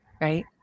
Right